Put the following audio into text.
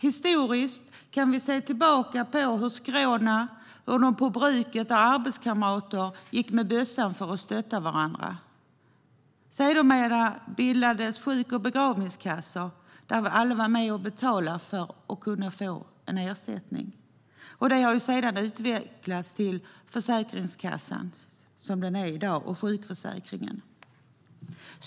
Historiskt var det skråna eller arbetskamrater på bruket som gick med bössan för att stötta varandra. Sedermera bildades sjuk och begravningskassor, där alla var med och betalade för att kunna få en ersättning. Detta har sedan utvecklats till Försäkringskassan och sjukförsäkringen sådan den är i dag.